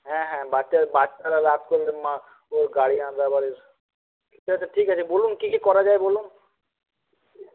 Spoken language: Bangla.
হ্যাঁ হ্যাঁ বাচ্চা বাচ্চারা রাত করলে মা ও গার্জিয়ানরা আবার ঠিক আছে বলুন কী কী করা যায় বলুন